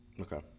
Okay